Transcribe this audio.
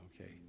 Okay